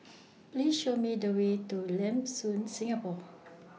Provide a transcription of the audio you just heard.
Please Show Me The Way to Lam Soon Singapore